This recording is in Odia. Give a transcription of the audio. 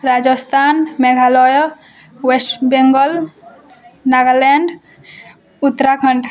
ରାଜସ୍ଥାନ ମେଘାଲୟ ୱେଷ୍ଟବେଙ୍ଗଲ ନାଗାଲେଣ୍ଡ ଉତ୍ତରାଖଣ୍ଡ